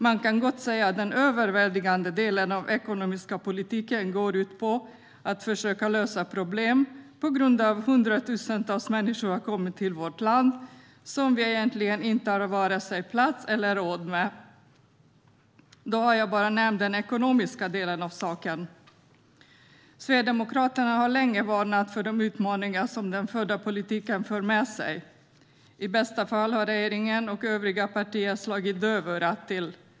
Man kan gott säga att den överväldigande delen av den ekonomiska politiken går ut på att försöka lösa problemen på grund av att hundratusentals människor har kommit till vårt land, vilket vi egentligen inte har vare sig plats eller råd med. Då har jag bara nämnt den ekonomiska delen av saken. Sverigedemokraterna har länge varnat för de utmaningar som den förda politiken för med sig. I bästa fall har regeringen och övriga partier slagit dövörat till.